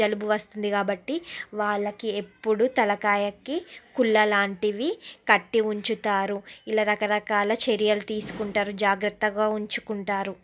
జలుబు వస్తుంది కాబట్టి వాళ్ళకి ఎప్పుడు తలకాయకి కుళ్ళ లాంటివి కట్టి ఉంచుతారు ఇలా రకరకాల చర్యలు తీసుకుంటారు జాగ్రత్తగా ఉంచుకుంటారు